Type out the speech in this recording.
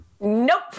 Nope